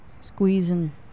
squeezing